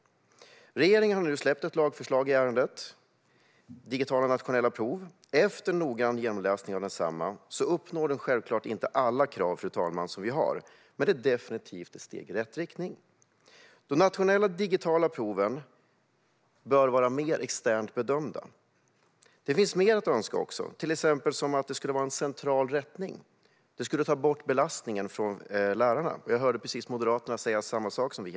Regeringen har nu släppt ett lagförslag i ärendet om digitala nationella prov. Efter noggrann genomläsning av detsamma kan jag säga att det självklart inte uppnår alla krav vi har, fru talman, men det är definitivt ett steg i rätt riktning. De nationella digitala proven bör vara mer externt bedömda. Det finns också mer att önska, till exempel att det skulle vara central rättning, vilket skulle ta bort belastning från lärarna. Jag hörde precis Moderaterna säga samma sak som vi.